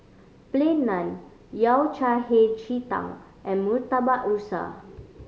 Plain Naan Yao Cai Hei Ji Tang and Murtabak Rusa